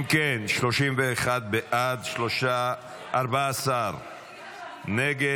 אם כן, 31 בעד, 14 נגד.